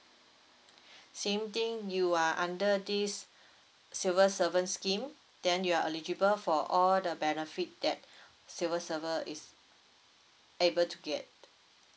same thing you are under this civil servant scheme then you are eligible for all the benefit that civil servant is able to get